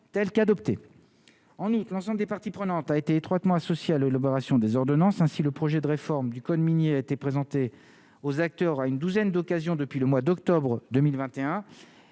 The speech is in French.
unique l'ensemble des parties prenantes, a été étroitement associée à l'élaboration des ordonnances ainsi le projet de réforme du code minier a été présentée aux acteurs, à une douzaine d'occasions depuis le mois d'octobre 2021